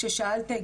כששאלת,